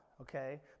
okay